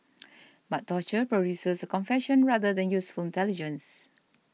but torture produces a confession rather than useful intelligence